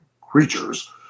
creatures